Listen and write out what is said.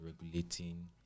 regulating